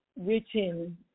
written